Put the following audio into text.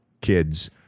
kids